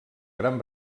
gran